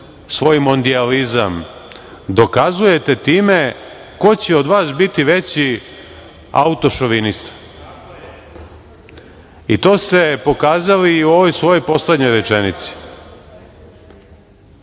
svoj mondijalizam dokazujete time ko će od vas biti veći autošovinista. To ste pokazali i u ovoj svojoj poslednjoj rečenici. Ja